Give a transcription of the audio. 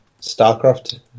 StarCraft